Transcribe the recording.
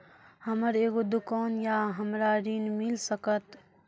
हमर एगो दुकान या हमरा ऋण मिल सकत?